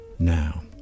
Now